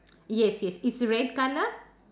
yes yes it's red colour